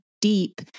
deep